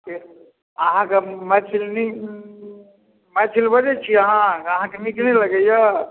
के अहाँकेँ मैथिली नहि मैथिल बजैत छियै अहाँ अहाँकेँ नीक नहि लगैया